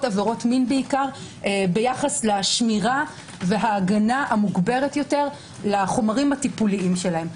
עבירות מין בעיקר ביחס לשמירה וההגנה המוגברת יותר לחומרים הטיפוליים שלהם.